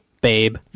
babe